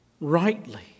rightly